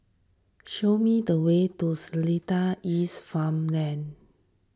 show me the way to Seletar East Farmway